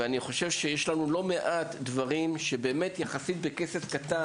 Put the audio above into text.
ואני חושב שיש לנו לא מעט דברים שבאמת יחסית בכסף קטן,